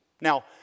Now